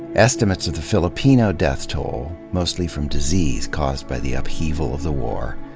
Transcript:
estimates of the filipino death toll, mostly from disease caused by the upheaval of the war,